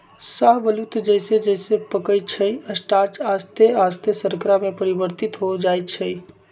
शाहबलूत जइसे जइसे पकइ छइ स्टार्च आश्ते आस्ते शर्करा में परिवर्तित हो जाइ छइ